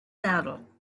saddle